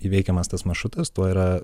įveikiamas tas maršrutas tuo yra